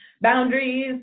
Boundaries